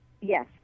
Yes